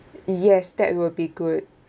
yes that will be good